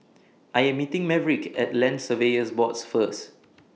I Am meeting Maverick At Land Surveyors Boards First